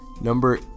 Number